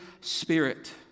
Spirit